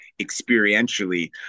experientially